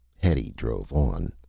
hetty drove on.